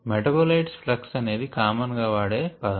metabo light flux అనేది common గా వాడే పదం